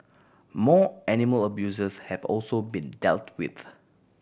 more animal abusers have also been dealt with